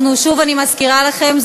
שוב אני מזכירה לכם,